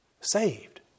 saved